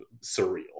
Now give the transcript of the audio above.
surreal